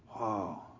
Wow